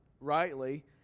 rightly